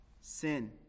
sin